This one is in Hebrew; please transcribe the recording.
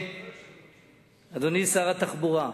אדוני שר התחבורה,